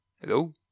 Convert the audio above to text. Hello